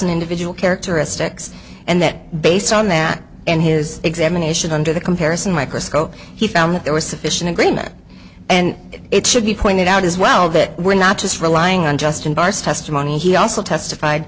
an individual characteristics and that based on that and his examination under the comparison microscope he found that there was sufficient agreement and it should be pointed out as well that we're not just relying on just invites testimony he also testified